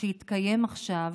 שהתקיים עכשיו.